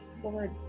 Lord